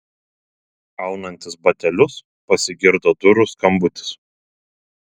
aunantis batelius pasigirdo durų skambutis